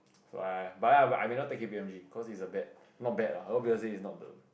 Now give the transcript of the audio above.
so I but I may not take K_P_M_G cause it's a bad not bad lah a lot people say it's not the